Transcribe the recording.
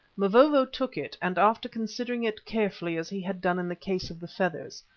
mavovo took it, and after considering it carefully as he had done in the case of the feathers,